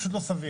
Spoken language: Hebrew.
פשוט לא סביר.